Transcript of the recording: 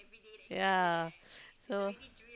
ya so